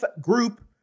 group